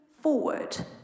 forward